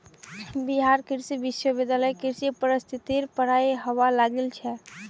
बिहार कृषि विश्वविद्यालयत कृषि पारिस्थितिकीर पढ़ाई हबा लागिल छ